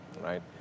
right